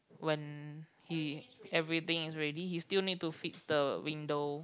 when he everything is ready he still need to fix the window